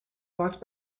walked